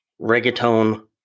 reggaeton